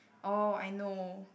oh I know